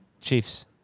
Chiefs